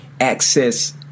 access